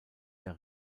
der